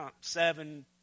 seven